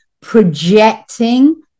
projecting